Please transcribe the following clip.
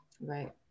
right